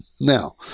Now